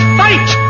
fight